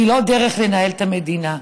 היא לא דרך לנהל את המדינה.